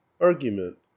ARGUMENT